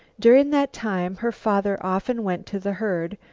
during that time her father often went to the herd,